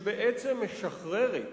שבעצם משחררת